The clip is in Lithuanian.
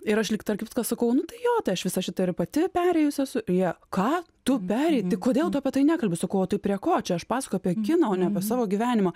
ir aš lyg tarp kitko sakau nu tai jo tai aš visą šitą ir pati perėjus esu jie ką tu perėjai tai kodėl tu apie tai nekalbi sakau o tai prie ko čia aš pasakoju apie kiną o ne apie savo gyvenimą